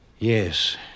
Yes